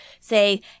say